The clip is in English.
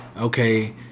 Okay